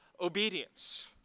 obedience